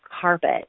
carpet